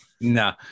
No